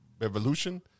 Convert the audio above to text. revolution